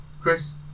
Chris